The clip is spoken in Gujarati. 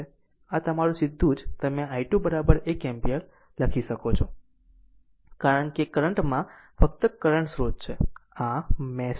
આમ તમારું સીધું જ તમે i2 1 એમ્પીયર લખી શકો છો કારણ કે કરંટમાં ફક્ત કરંટ સ્રોત છે આ મેશ છે